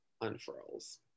unfurls